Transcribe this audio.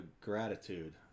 gratitude